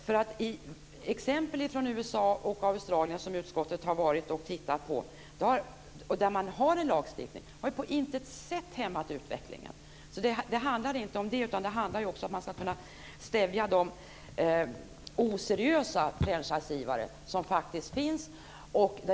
Jag kan ta exempel från USA och Australien, där utskottet har varit, där man har en lagstiftning som på intet sätt har hämmat utvecklingen. Det handlar inte om det, utan om att man ska kunna stävja de oseriösa franchisegivare som faktiskt finns.